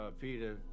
Peter